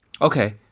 Okay